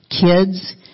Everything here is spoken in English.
Kids